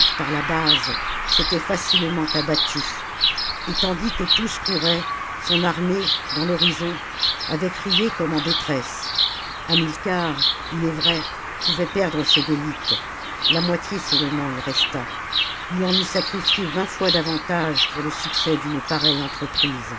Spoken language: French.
par la base s'étaient facilement abattues et tandis que tous couraient son armée dans l'horizon avait crié comme en détresse hamilcar il est vrai pouvait perdre ses vélites la moitié seulement y resta ii en eût sacrifié vingt fois davantage pour le succès d'une pareille entreprise